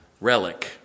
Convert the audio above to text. relic